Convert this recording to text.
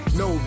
no